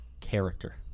character